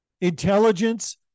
Intelligence